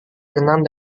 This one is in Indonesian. berenang